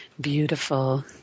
Beautiful